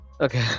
Okay